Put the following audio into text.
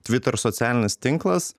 twitter socialinis tinklas